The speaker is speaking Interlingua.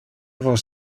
vos